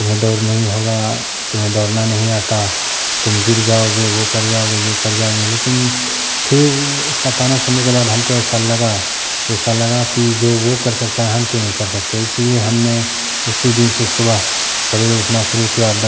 तुम्हें दौड़ नहीं होगा तुम्हें दौड़ना नहीं आता तुम गिर जाओगे वो कर जाओगे ये कर जाओगे लेकिन फिर उसका ताना सुनने के बाद हमको ऐसा लगा ऐसा लगा कि जो वो कर सकता है वो हम क्यों नहीं कर सकते हैं इसलिए हमने उसी दिन से सुबह सवेरे उठना शुरू किया